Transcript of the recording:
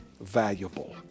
valuable